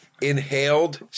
Inhaled